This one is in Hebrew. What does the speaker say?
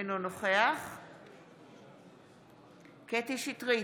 אינו נוכח קטי קטרין שטרית,